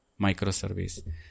microservice